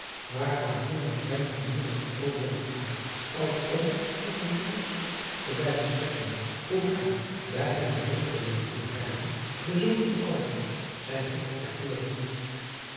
waarvan toen maar weinige muren meer overig waren als om tot een gedenkstuk te blijven strekken hoe daar bij het berucht beleg van haarlem de zoon van alva zijn hoofdkwartier hield